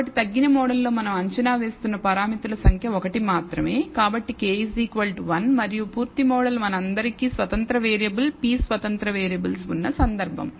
కాబట్టి తగ్గిన మోడల్లో మనం అంచనా వేస్తున్న పారామితుల సంఖ్య 1 మాత్రమే కాబట్టి k 1 మరియు పూర్తి మోడల్ మనందరికీ స్వతంత్ర వేరియబుల్స్ p స్వతంత్ర వేరియబుల్స్ ఉన్న సందర్భం